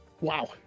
Wow